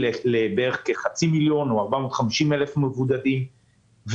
בעצם לחצי מיליון או 450,000 מבודדים,